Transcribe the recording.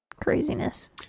craziness